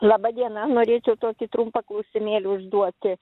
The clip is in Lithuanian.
laba diena norėčiau tokį trumpą klausimėlį užduoti